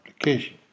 application